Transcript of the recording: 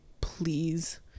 please